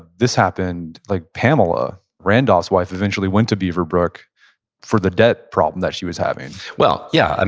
this happened, like pamela, randolph's wife, eventually went to beaverbrook for the debt problem that she was having well, yeah, and